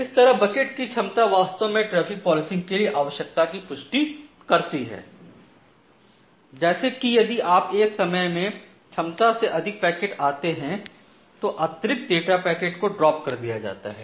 इस तरह बकेट की क्षमता वास्तव में ट्रैफिक पालिसी के लिए आवश्यकता की पुष्टि करती है जैसे कि यदि आप एक समय में क्षमता से अधिक पैकेट आते हैं तो अतिरिक्त डेटा पैकेट को ड्राप कर दिया जाता है